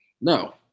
No